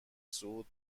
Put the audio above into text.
صعود